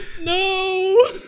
No